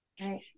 Right